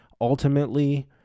ultimately